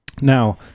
Now